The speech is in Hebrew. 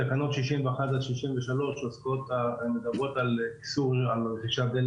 תקנות 61 עד 63 מדברות על איסור רכישת דלק